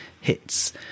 hits